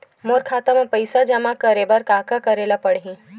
मोर खाता म पईसा जमा करे बर का का करे ल पड़हि?